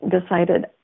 decided